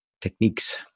techniques